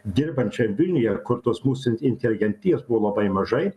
dirbančiam vilniuje kur tos mūsų inteligentijos buvo labai mažai